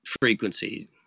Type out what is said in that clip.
frequency